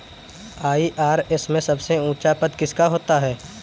IRS में सबसे ऊंचा पद किसका होता है?